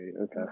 okay